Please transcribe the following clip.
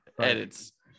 edits